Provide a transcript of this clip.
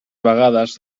vegades